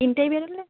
তিনটেয় বেরোলে ও